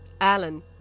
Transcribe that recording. Alan